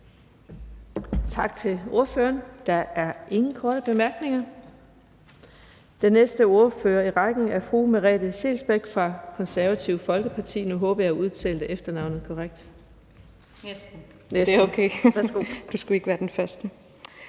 Tak til ordføreren. Der er ingen korte bemærkninger. Den næste ordfører i rækken er fru Merete Scheelsbeck fra Det Konservative Folkeparti. Nu håber jeg, at jeg udtalte efternavnet korrekt. Kl. 16:55 (Ordfører) Merete